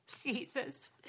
Jesus